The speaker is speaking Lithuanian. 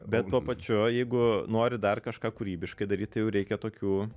bet tuo pačiu jeigu nori dar kažką kūrybiškai daryt tai jau reikia tokių